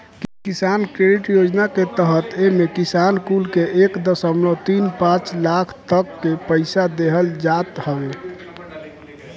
किसान क्रेडिट योजना के तहत एमे किसान कुल के एक दशमलव तीन पाँच लाख तकले पईसा देहल जात हवे